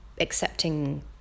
accepting